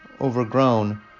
overgrown